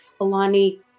Alani